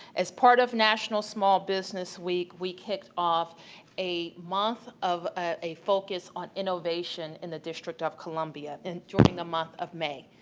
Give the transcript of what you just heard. as part of national small business week, we kicked off a month of ah a focus on innovation in the district of columbia and during the month of may.